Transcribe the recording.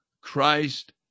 Christ